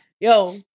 yo